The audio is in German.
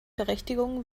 berechtigungen